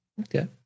Okay